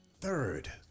Third